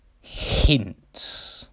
Hints